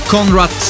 Konrad